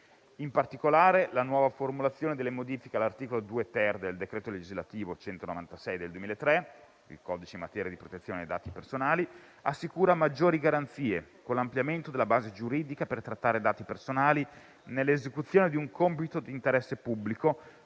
In particolare, la nuova formulazione delle modifiche all'articolo 2-*ter* del decreto legislativo n. 196 del 2003, il codice in materia di protezione dei dati personali, assicura maggiori garanzie con l'ampliamento della base giuridica per trattare dati personali nell'esecuzione di un compito di interesse pubblico,